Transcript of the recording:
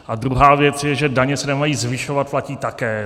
A druhá věc, že daně se nemají zvyšovat, platí také.